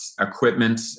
equipment